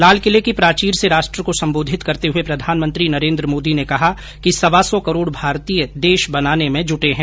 लाल किले की प्राचीर से राष्ट्र को संबोधित करते हुए प्रधानमंत्री नरेन्द्र मोदी ने कहा कि सवा सौ करोड भारतीय देश बनाने में जुटे हैं